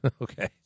Okay